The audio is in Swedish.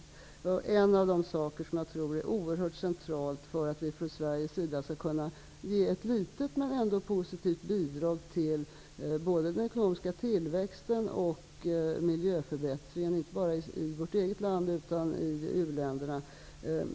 Det är en av de saker som jag tror är oerhört central för att vi i Sverige skall kunna ge ett litet men ändå positivt bidrag till både den ekonomiska tillväxten och miljöförbättringen, inte bara i vårt eget land utan även i u-länderna.